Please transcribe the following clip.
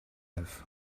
have